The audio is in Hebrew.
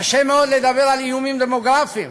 קשה מאוד לדבר על איומים דמוגרפיים